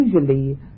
usually